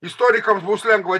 istorikams bus lengva